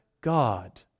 God